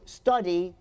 study